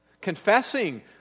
Confessing